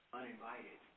uninvited